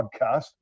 podcast